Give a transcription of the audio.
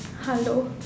hello